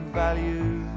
value